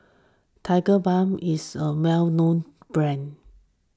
Tigerbalm is a well known brand